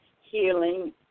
healing